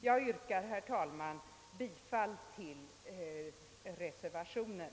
Jag yrkar, herr talman, bifall till reservationen.